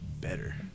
better